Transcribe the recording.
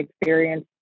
experience